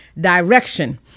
direction